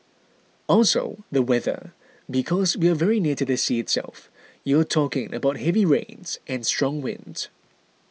also the weather because we are very near to the sea itself you're talking about heavy rains and strong winds